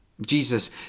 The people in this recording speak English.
Jesus